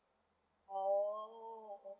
[orrh]